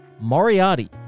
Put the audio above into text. Moriarty